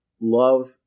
love